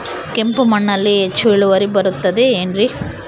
ಕೆಂಪು ಮಣ್ಣಲ್ಲಿ ಹೆಚ್ಚು ಇಳುವರಿ ಬರುತ್ತದೆ ಏನ್ರಿ?